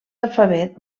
alfabet